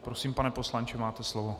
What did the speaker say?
Prosím, pane poslanče, máte slovo.